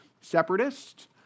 separatists